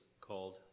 called